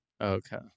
Okay